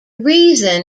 reason